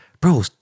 bro